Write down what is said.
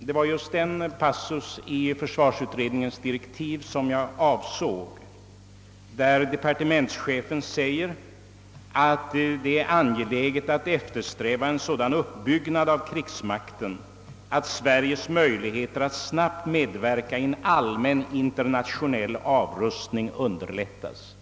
jag avsåg just den passus i försvarsutredningens direktiv, där departe mentschefen säger att »det är angeläget att eftersträva en sådan uppbyggnad av krigsmakten att Sveriges möjligheter att snabbt medverka till en allmän internationell avrustning underlättas».